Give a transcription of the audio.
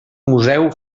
museu